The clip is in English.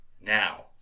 Now